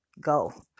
Go